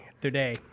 today